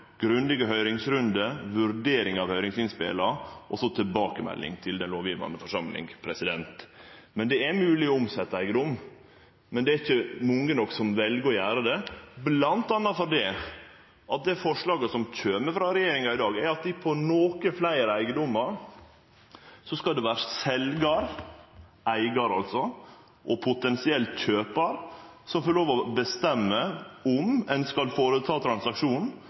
grundige høyringsrundar, vurdering av høyringsinnspela og så tilbakemelding til den lovgjevande forsamlinga. Det er mogleg å omsetje eigedom, men det er ikkje mange nok som vel å gjere det, bl.a. difor går det forslaget som kjem frå regjeringa i dag, ut på at på nokre fleire eigedomar skal det vere seljaren – altså eigaren – og ein potensiell kjøpar som får lov til å bestemme om ein skal gjennomføre transaksjonen,